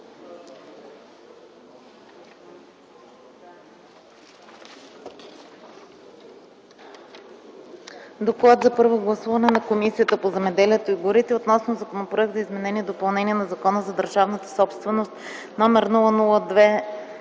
„ДОКЛАД за първо гласуване на Комисията по земеделието и горите относно Законопроект за изменение и допълнение на Закона за държавната собственост, №